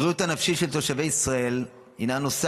הבריאות הנפשית של תושבי ישראל היא הנושא